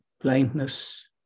blindness